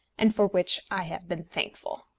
and for which i have been thankful.